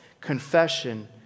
confession